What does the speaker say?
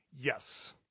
Yes